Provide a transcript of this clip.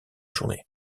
journée